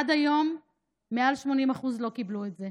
עד היום מעל 80% לא קיבלו את זה.